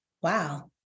wow